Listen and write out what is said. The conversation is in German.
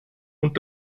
und